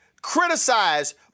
criticize